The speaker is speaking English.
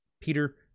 Peter